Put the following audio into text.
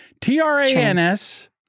T-R-A-N-S